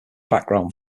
background